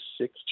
six